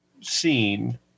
scene